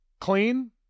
Clean